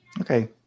Okay